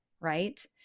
right